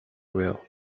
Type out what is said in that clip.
will